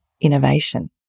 innovation